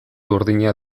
urdina